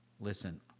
Listen